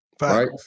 Right